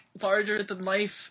larger-than-life